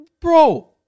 bro